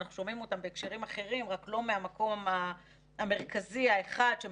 מן הראוי כאשר קורים דברים כאלה במדינת